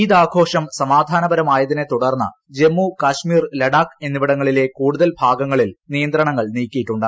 ഈദ് ആഘോഷം സമാധാനപരമായതിനെ തുടർന്ന് ജമ്മു കശ്മീർ ലഡാക്ക് എന്നിവിടങ്ങളിലെ കൂടുതൽ ഭാഗങ്ങളിൽ നിയന്ത്രണങ്ങൾ നീക്കിയിട്ടുണ്ട്